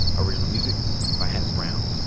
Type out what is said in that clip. original music by hannis brown.